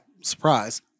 Surprise